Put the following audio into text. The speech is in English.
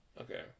Okay